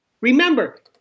Remember